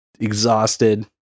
exhausted